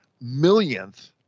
millionth